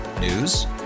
News